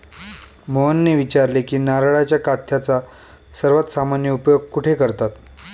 मोहनने विचारले की नारळाच्या काथ्याचा सर्वात सामान्य उपयोग कुठे करतात?